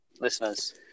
listeners